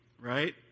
Right